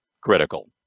critical